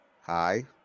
hi